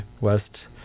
West